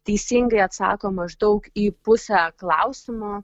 teisingai atsako maždaug į pusę klausimų